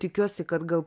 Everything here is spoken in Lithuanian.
tikiuosi kad gal